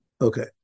Okay